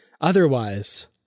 Otherwise